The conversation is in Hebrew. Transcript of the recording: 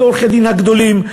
זה עורכי-הדין הגדולים,